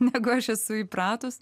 negu aš esu įpratus